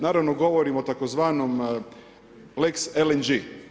Naravno govorim o tzv. lex LNG.